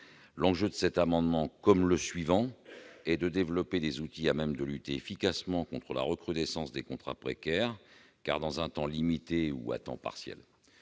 L'enjeu de cet amendement, comme du suivant, est de développer des outils permettant de lutter efficacement contre la recrudescence des contrats précaires, circonscrits dans un temps limité ou à temps partiel.